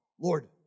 Lord